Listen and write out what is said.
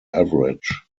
average